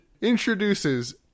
introduces